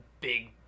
big